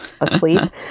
asleep